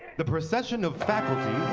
the procession of faculty